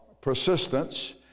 persistence